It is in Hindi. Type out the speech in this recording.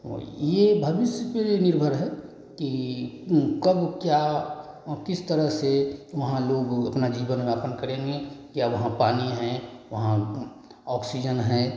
ये भविष्य पर निर्भर है कि कब क्या किस तरह से वहाँ लोग अपना जीवन यापन करेंगे क्या वहाँ पानी है वहाँ ऑक्सीजन है